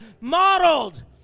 modeled